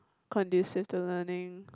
conducive to learning